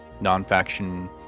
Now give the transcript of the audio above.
non-faction